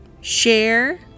share